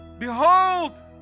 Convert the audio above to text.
Behold